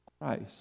Christ